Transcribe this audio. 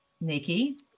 Nikki